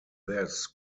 this